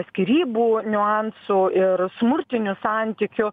skyrybų niuansų ir smurtinių santykių